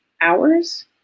hours